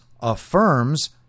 affirms